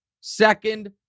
second